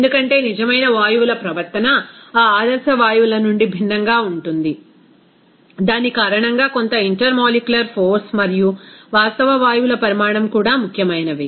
ఎందుకంటే నిజమైన వాయువుల ప్రవర్తన ఆ ఆదర్శ వాయువుల నుండి భిన్నంగా ఉంటుంది దాని కారణంగా కొంత ఇంటర్మోలిక్యులర్ ఫోర్స్ మరియు వాస్తవ వాయువుల పరిమాణం కూడా ముఖ్యమైనవి